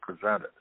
presented